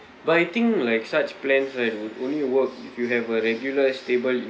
but I think like such plans would only works if you have a regular stable